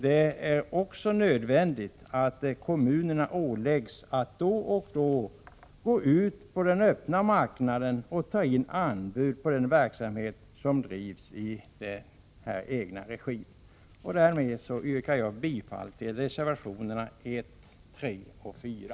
Det är också nödvändigt att kommunerna åläggs att då och då gå ut på den öppna marknaden och ta in anbud på den verksamhet som drivs i egen regi. Därmed yrkar jag bifall till reservationerna 1, 3 och 4.